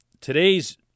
Today's